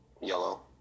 Yellow